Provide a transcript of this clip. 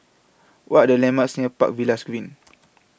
What Are The landmarks near Park Villas Green